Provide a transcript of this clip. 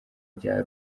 rya